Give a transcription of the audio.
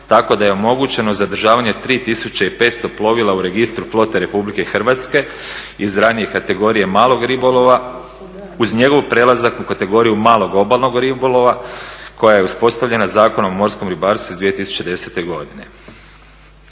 tako da je omogućeno zadržavanje 3500 plovila u Registru flote RH iz ranije kategorije malog ribolova uz njegov prelazak u kategoriju malog obalnog ribolova koja je uspostavljena Zakonom o morskom ribarstvu iz 2010. godine.